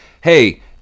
hey